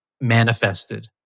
manifested